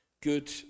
good